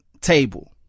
table